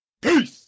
Peace